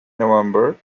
november